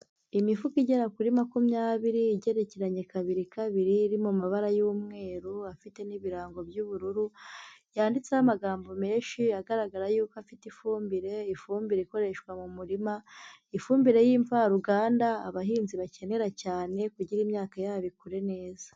Imifuka igera kuri makumyabiri igerekeranye kabiri kabiri iri mu mabara y'umweru afite n'ibirango by'ubururu, yanditseho amagambo menshi agaragara yuko afite ifumbire, ifumbire ikoreshwa mu murima, ifumbire y'imvaruganda abahinzi bakenera cyane kugira imyaka yabo ikure neza.